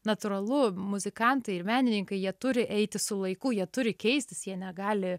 natūralu muzikantai ir menininkai jie turi eiti su laiku jie turi keistis jie negali